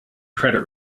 credit